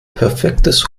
perfektes